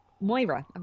Moira